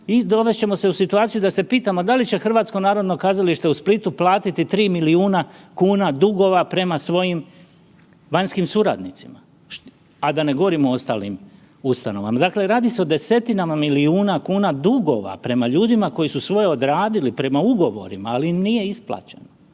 dovest ćemo se u situaciju da se pitamo da li će HNK u Splitu platiti 3 milijuna kuna dugova prema svojim vanjskim suradnicima, a da ne govorim o ostalim ustanovama. Dakle, radi se o desetinama milijuna kuna dugova prema ljudima koji su svoje odradili prema ugovorima, ali im nije isplaćeno